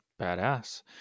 badass